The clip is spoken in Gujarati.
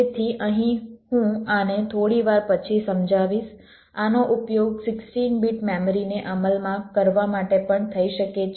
તેથી અહીં હું આને થોડી વાર પછી સમજાવીશ આનો ઉપયોગ 16 બીટ મેમરીને અમલમાં કરવા માટે પણ થઈ શકે છે